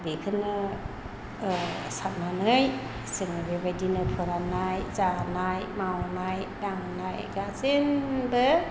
बेखौनो सारनानै जोङो बेबायदिनो फोराननाय जानाय मावनाय दांनाय गासिनबो